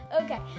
Okay